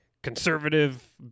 conservative